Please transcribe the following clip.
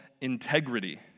integrity